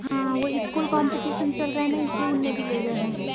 हाँ वो school competition चल रहा हैं ना इसलिए उन्होंने भी ले गए होंगे